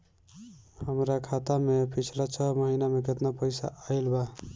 हमरा खाता मे पिछला छह महीना मे केतना पैसा आईल बा?